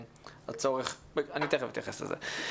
ואני תיכף אתייחס לזה.